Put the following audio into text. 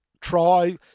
try